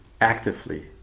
actively